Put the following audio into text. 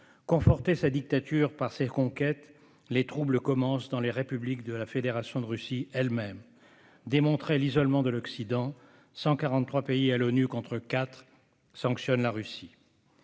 Conforter sa dictature par ses conquêtes ? Les troubles commencent dans les républiques de la Fédération de Russie elle-même. Démontrer l'isolement de l'Occident ? À L'ONU, 143 pays, contre 4, condamnent la Russie.